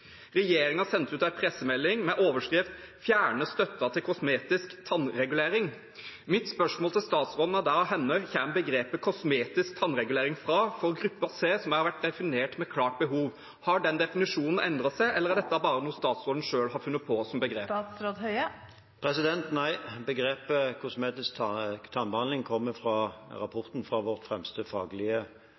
sendte ut en pressemelding med overskriften: «Fjerner støtten til kosmetisk tannregulering». Mitt spørsmål til statsråden er da: Hvor kommer uttrykket «kosmetisk tannregulering» fra for gruppe C, som er definert til å ha et «klart behov»? Har den definisjonen endret seg, eller er dette bare et begrep som statsråden selv har funnet på? Nei, begrepet «kosmetisk tannregulering» kommer fra rapporten fra det fremste faglige